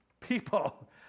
people